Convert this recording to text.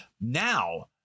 Now